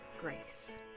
grace